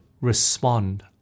respond